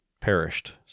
perished